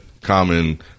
Common